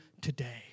today